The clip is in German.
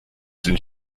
sind